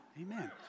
Amen